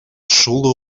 шул